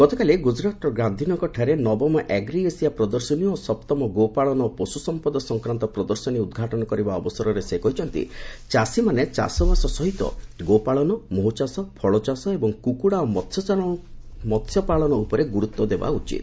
ଗତକାଲି ଗୁଜରାଟର ଗାନ୍ଧିନଗରଠାରେ ନବମ ଆଗ୍ରି ଏସିଆ ପ୍ରଦର୍ଶନୀ ଓ ସପ୍ତମ ଗୋପାଳନ ଓ ପଶୁ ସମ୍ପଦ ସଂକ୍ରାନ୍ତ ପ୍ରଦର୍ଶନୀ ଉଦ୍ଘାଟନ କରିବା ଅବସରରେ ସେ କହିଛନ୍ତି ଚାଷୀମାନେ ଚାଷବାସ ସହିତ ଗୋପାଳନ ମହୁଚାଷ ଫଳଚାଷ ଏବଂ କୁକୁଡ଼ା ଓ ମହ୍ୟପାଳନ ଉପରେ ଗୁରୁତ୍ୱଦେବା ଉଚିତ